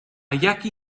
jaki